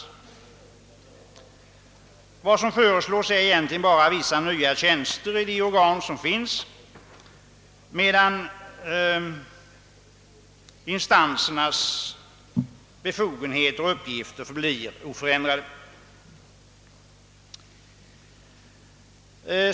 Vad som föreslås är egentligen bara en del nya tjänster i de organ som redan finns, medan däremot instansernas befogenheter och uppgifter förblir oförändrade.